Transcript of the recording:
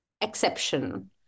exception